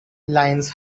lions